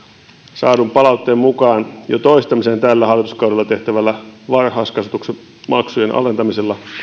saadun palautteen mukaan jo toistamiseen tällä hallituskaudella tehtävällä varhaiskasvatuksen maksujen alentamisella